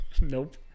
Nope